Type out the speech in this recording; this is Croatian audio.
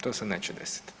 To se neće desiti.